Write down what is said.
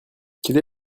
quelle